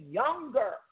younger